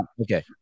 Okay